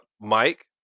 mike